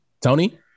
Tony